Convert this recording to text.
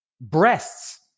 breasts